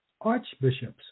archbishops